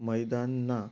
मैदान ना